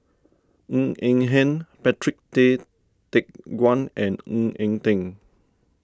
Ng Eng Hen Patrick Tay Teck Guan and Ng Eng Teng